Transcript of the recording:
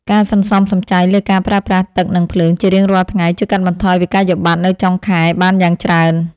ការសន្សំសំចៃលើការប្រើប្រាស់ទឹកនិងភ្លើងជារៀងរាល់ថ្ងៃជួយកាត់បន្ថយវិក្កយបត្រនៅចុងខែបានយ៉ាងច្រើន។